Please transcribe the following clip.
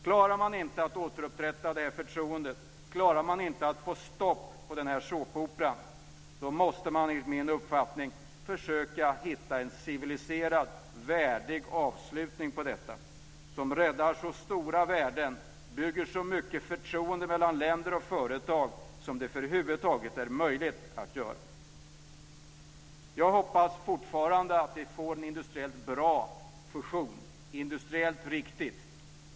Klarar man inte att återupprätta det förtroendet, klarar man inte att få stopp på den här såpoperan, måste man enligt min uppfattning försöka hitta en civiliserad, värdig avslutning på detta som räddar så stora värden och som bygger så mycket förtroende mellan länder och företag som över huvud taget är möjligt. Jag hoppas fortfarande att vi får en industriellt bra fusion - industriellt riktig.